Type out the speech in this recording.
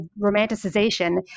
romanticization